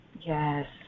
Yes